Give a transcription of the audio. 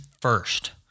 first